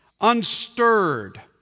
unstirred